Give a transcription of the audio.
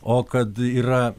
o kad yra